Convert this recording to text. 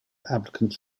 applicants